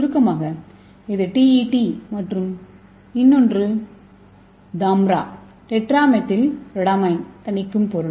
சுருக்கமாக இது TET மற்றும் இன்னொன்று தாம்ரா டெட்ராமெதில்ரோஹாடமைன் தணிக்கும் பொருள்